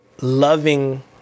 loving